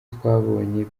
twabonye